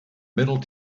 middle